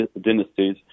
dynasties